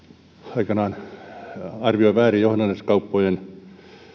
aikanaan arvioi väärin johdannaiskauppojen